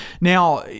now